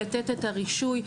לתת את הרישוי,